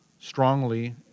strongly